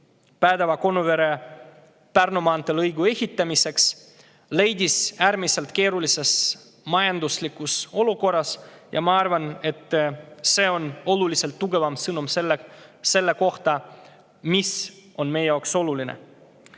Päädeva-Konuvere lõigu ehitamiseks, leidis selle äärmiselt keerulises majanduslikus olukorras. Ma arvan, et see on oluliselt tugevam sõnum selle kohta, mis on meie jaoks oluline.